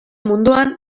munduan